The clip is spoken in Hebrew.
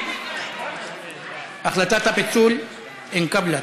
החלטת הפיצול התקבלה.